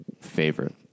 favorite